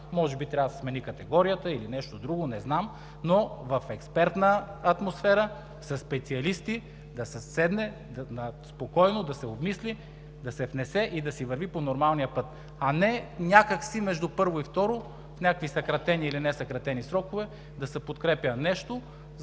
Може би трябва да се смени категорията или нещо друго, не знам, но в експертна атмосфера, със специалисти да се седне, спокойно да се обмисли, да се внесе и да си върви по нормалния път. А не някак си между първо и второ, в някакви съкратени или несъкратени срокове да се подкрепя нещо,